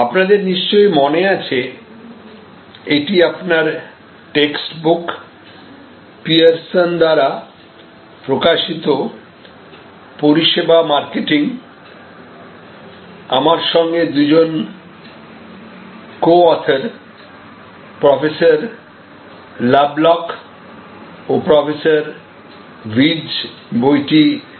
আপনাদের নিশ্চয়ই মনে আছে এটি আপনার টেক্সটবুক পিয়ারসন দ্বারা প্রকাশিত পরিষেবা মার্কেটিং আমার সঙ্গে দুজন কো অথর প্রফেসর Lovelock ও প্রফেসর Wirtz বইটি লিখেছেন